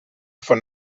von